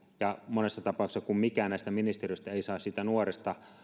ja monessa tapauksessa kun mikään näistä ministeriöistä ei saa siitä nuoresta